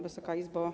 Wysoka Izbo!